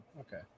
Okay